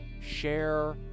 share